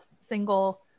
single